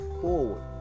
forward